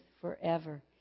forever